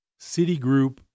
Citigroup